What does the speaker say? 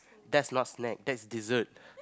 that's not snack that's dessert